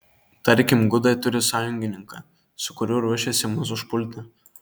tarkim gudai turi sąjungininką su kuriuo ruošiasi mus užpulti